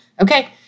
Okay